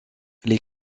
les